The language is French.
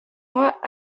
mois